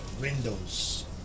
windows